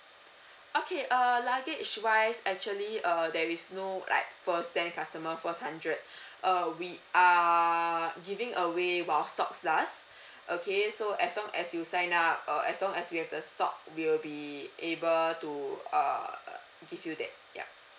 okay err luggage wise actually err there is no like first ten customer first hundred uh we are giving away while stocks lasts okay so as long as you sign up uh as long as we have the stock we'll be able to err give you that ya